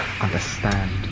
understand